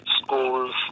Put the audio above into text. schools